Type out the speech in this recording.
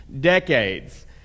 decades